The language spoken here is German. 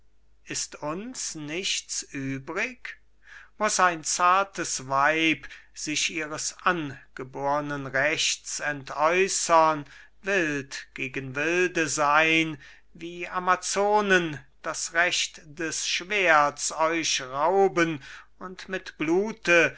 ist uns nichts übrig muß ein zartes weib sich ihres angebornen rechts entäußern wild gegen wilde sein wie amazonen das recht des schwerts euch rauben und mit blute